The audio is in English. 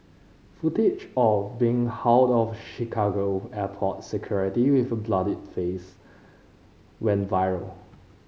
footage of being hauled off Chicago airport security with a bloodied face went viral